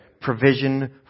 Provision